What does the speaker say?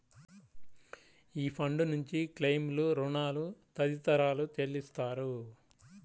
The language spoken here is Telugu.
ఈ ఫండ్ నుంచి క్లెయిమ్లు, రుణాలు తదితరాలు చెల్లిస్తారు